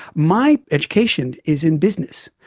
my education is in business.